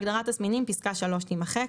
בהגדרת "תסמינים" פסקה (3) תימחק.